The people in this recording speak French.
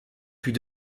plus